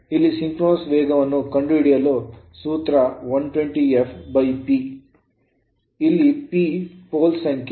ಇಲ್ಲಿ ಸಿಂಕ್ರೋನಸ್ ವೇಗವನ್ನು ಕಂಡುಹಿಡಿಯಲು ಸೂತ್ರ 120 f P ಅಲ್ಲಿ P poles ಸಂಖ್ಯೆ